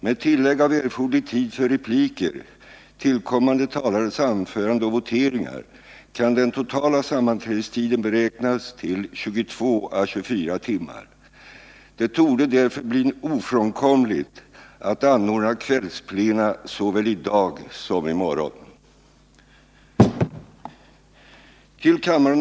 Med tillägg av erforderlig tid för repliker, tillkommande talares anföranden och voteringar kan den totala sammanträdestiden beräknas till 22 å 24 timmar. Det torde därför bli ofrånkomligt att anordna kvällsplena såväl i dag som i morgon.